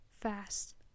fast